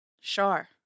Shar